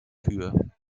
für